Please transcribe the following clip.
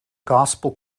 gospel